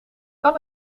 kan